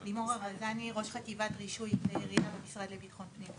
אני ראש חטיבת רישוי כלי ירייה במשרד לביטחון הפנים.